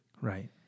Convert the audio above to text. Right